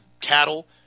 cattle